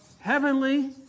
heavenly